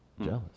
Jealous